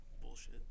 bullshit